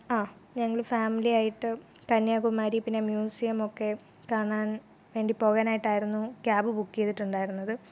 ആ ഞങ്ങൾ ഫാമിലി ആയിട്ട് കന്യാകുമാരി പിന്നെ മ്യൂസിയം ഒക്കെ കാണാൻ വേണ്ടി പോകാനായിട്ടായിരുന്നു ക്യാബ് ബുക്ക് ചെയ്തിട്ടുണ്ടായിരുന്നത്